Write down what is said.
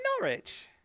Norwich